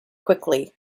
quickly